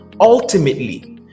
ultimately